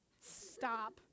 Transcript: stop